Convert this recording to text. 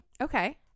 okay